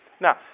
Now